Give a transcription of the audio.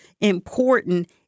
important